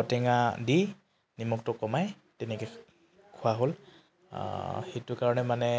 ঔটেঙা দি নিমখটো কমাই তেনেকৈ খোৱা হ'ল সেইটো কাৰণে মানে